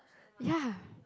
ya